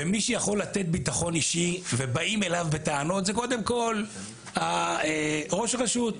ומי שיכול לתת ביטחון אישי ובאים אליו בטענות הוא קודם כול ראש הרשות.